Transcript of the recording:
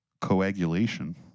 Coagulation